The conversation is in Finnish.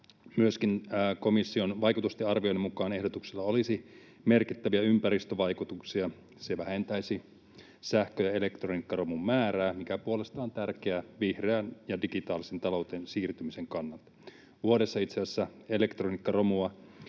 Myöskin komission vaikutusten arvioinnin mukaan ehdotuksella olisi merkittäviä ympäristövaikutuksia. Se vähentäisi sähkö- ja elektroniikkaromun määrää, mikä puolestaan on tärkeää vihreään ja digitaaliseen talouteen siirtymisen kannalta. Vuodessa itse asiassa elektroniikkaromua